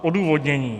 Odůvodnění.